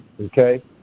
Okay